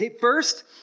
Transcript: First